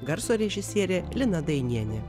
garso režisierė lina dainienė